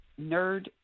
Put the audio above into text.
nerd